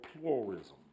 pluralism